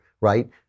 right